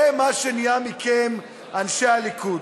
זה מה שנהיה מכם, אנשי הליכוד.